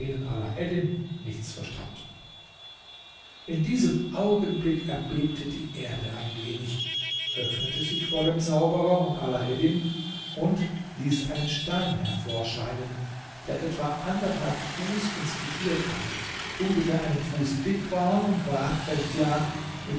nichts verstand in diesem augenblick erbebte die erde ein wenig öffnete sich vor dem zauberer und alaeddin und ließ einen stein hervorscheinen der etwa anderthalb fuß ins geviert hatte ungefähr einen fuß dick war und waagerecht lag